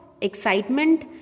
excitement